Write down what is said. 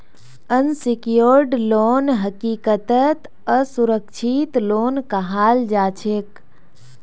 unsecured loan हकीकतत असुरक्षित loan कहाल जाछेक